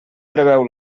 preveu